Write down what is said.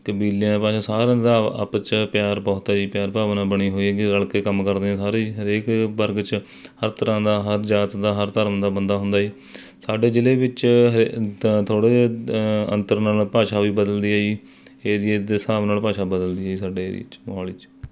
ਕਬੀਲਿਆਂ ਬਾਰੇ ਸਾਰਿਆਂ ਦਾ ਆਪਸ 'ਚ ਪਿਆਰ ਬਹੁਤ ਆ ਜੀ ਪਿਆਰ ਭਾਵਨਾ ਬਣੀ ਹੋਈ ਆ ਕਿ ਰਲ਼ ਕੇ ਕੰਮ ਕਰਦੇ ਆ ਸਾਰੇ ਹਰੇਕ ਵਰਗ 'ਚ ਹਰ ਤਰ੍ਹਾਂ ਦਾ ਹਰ ਜਾਤ ਦਾ ਹਰ ਧਰਮ ਦਾ ਬੰਦਾ ਹੁੰਦਾ ਜੀ ਸਾਡੇ ਜ਼ਿਲ੍ਹੇ ਵਿੱਚ ਥੋੜ੍ਹੇ ਜੇ ਅੰਤਰ ਨਾਲ ਭਾਸ਼ਾ ਵੀ ਬਦਲਦੀ ਹੈ ਜੀ ਏਰੀਏ ਦੇ ਹਿਸਾਬ ਨਾਲ ਭਾਸ਼ਾ ਬਦਲਦੀ ਹੈ ਜੀ ਸਾਡੇ ਏਰੀਏ 'ਚ ਮੋਹਾਲੀ 'ਚ